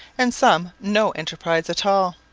and some no enterprise at all.